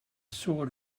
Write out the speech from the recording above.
sword